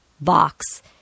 box